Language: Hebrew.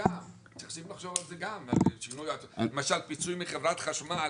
אם נופל החשמל,